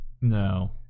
No